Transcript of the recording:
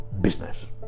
business